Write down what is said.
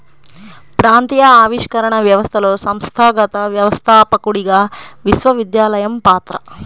ప్రాంతీయ ఆవిష్కరణ వ్యవస్థలో సంస్థాగత వ్యవస్థాపకుడిగా విశ్వవిద్యాలయం పాత్ర